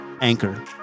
Anchor